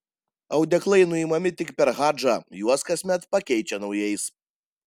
audeklai nuimami tik per hadžą juos kasmet pakeičia naujais